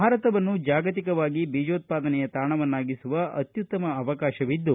ಭಾರತವನ್ನು ಜಾಗತಿಕವಾಗಿ ಬೀಜೋತ್ವಾದನೆಯ ತಾಣವನ್ನಾಗಿಸುವ ಅತ್ಯುತ್ತಮ ಅವಕಾಶವಿದ್ದು